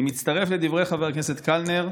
אני מצטרף לדברי חבר הכנסת קלנר,